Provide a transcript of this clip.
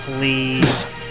Please